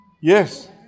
Yes